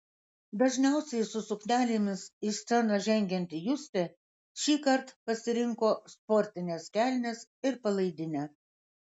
dažniausiai su suknelėmis į sceną žengianti justė šįkart pasirinko sportines kelnes ir palaidinę